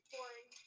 Boring